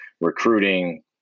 recruiting